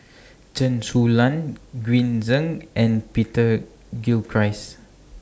Chen Su Lan Green Zeng and Peter Gilchrist